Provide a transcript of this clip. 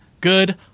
good